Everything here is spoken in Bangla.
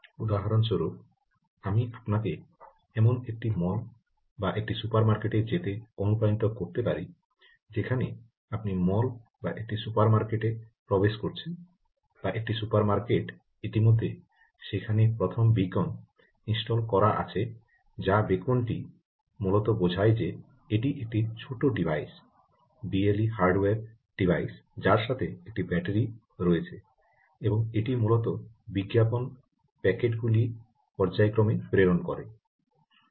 উদাহরণস্বরূপ আমি আপনাকে এমন একটি মল বা একটি সুপার মার্কেটে যেতে অনুপ্রাণিত করতে পারি যেখানে আপনি মল বা একটি সুপার মার্কেটে প্রবেশ করছেন বা একটি সুপার মার্কেট ইতিমধ্যে সেখানে প্রথম বেকন ইনস্টল করা আছে যা বেকনটি মূলত বোঝায় যে এটি একটি ছোট ডিভাইস বিএলই হার্ডওয়্যার ডিভাইস যার সাথে একটি ব্যাটারি রয়েছে এবং এটি মূলত বিজ্ঞাপন প্যাকেট গুলি পর্যায়ক্রমে প্রেরণ করছে